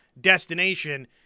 destination